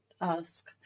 ask